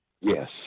Yes